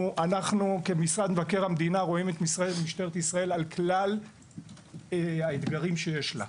אנחנו כמשרד מבקר המדינה על כלל האתגרים שיש לה.